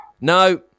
No